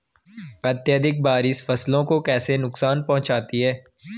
अत्यधिक बारिश फसल को कैसे नुकसान पहुंचाती है?